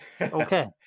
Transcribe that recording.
Okay